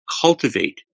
cultivate